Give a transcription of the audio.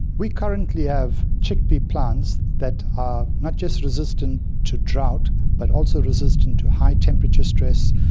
we currently have chickpea plants that are not just resistant to drought but also resistant to high temperature stress,